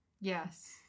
Yes